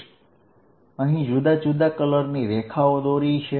મેં અહીં જુદા જુદા કલરની લાઈનો દોરી છે